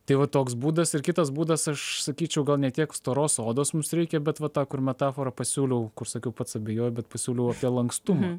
tai va toks būdas ir kitas būdas aš sakyčiau gal ne tiek storos odos mums reikia bet va tą kur metaforą pasiūliau kur sakiau pats abejojau bet pasiūliau apie lankstumą